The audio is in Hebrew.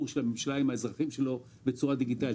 של הממשלה עם האזרחים בצורה דיגיטלית.